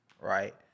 right